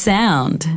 Sound